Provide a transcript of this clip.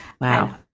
Wow